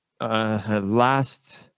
Last